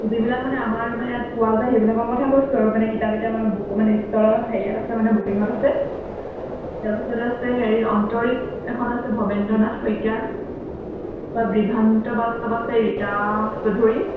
যিবিলাক মানে আমাৰ মানে ইয়াত পোৱা যায় সেইবিলাকৰ কথা কৈছোঁ আৰু মানে কিতাপ এতিয়া আমাৰ বুক মানে ষ্টলত আছে হেৰিয়াত আছে মানে বুকিঙত আছে তাৰপিছত আছে হেৰি অন্তৰীপ এখন আছে ভৱেন্দ্ৰনাথ শইকীয়ীৰ তাৰপৰা বিভ্ৰান্ত বাস্তৱ আছে ৰীতা চৌধুৰী